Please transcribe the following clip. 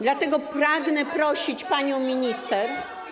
Dlatego pragnę prosić pana ministra.